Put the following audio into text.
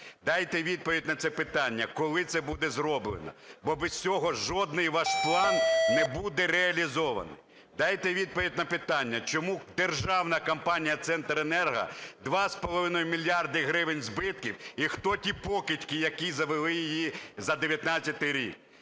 Дайте відповідь на це питання, коли це буде зроблено, бо без цього жоден ваш план не буде реалізований. Дайте відповідь на питання, чому державна компанія "Центренерго" – 2,5 мільярда гривень збитків, і хто ті покидьки, які завели її за 19-й рік?